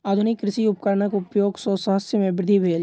आधुनिक कृषि उपकरणक उपयोग सॅ शस्य मे वृद्धि भेल